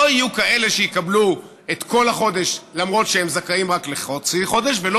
לא יהיו כאלה שיקבלו את כל החודש אף שהם זכאים רק לחצי חודש ולא